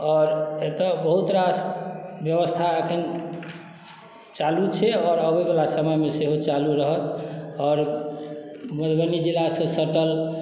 आओर एतय बहुत रास व्यवस्था एखन चालू छै आओर अबैवला समयमे सेहो चालू रहत आओर मधुबनी जिलासँ सटल